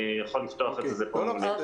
אני יכול לפתוח את זה, זה פה מולי.